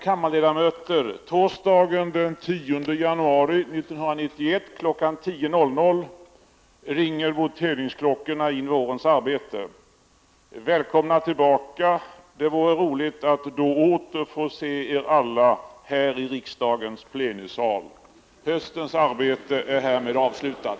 januari 1991 kl. 10.00 ringer voteringsklockorna in vårens arbete. Välkomna tillbaka! Det vore roligt att då åter få se er alla här i riksdagens plenisal. Höstens arbete är härmed avslutat.